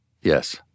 Yes